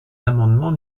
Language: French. l’amendement